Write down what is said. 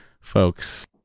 folks